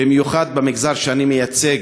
במיוחד במגזר שאני מייצג,